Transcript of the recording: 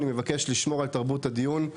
אני מבקש לשמור על תרבות הדיון.